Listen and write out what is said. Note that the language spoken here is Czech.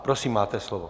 Prosím, máte slovo.